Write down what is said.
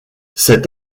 cet